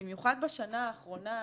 במיוחד בשנה האחרונה.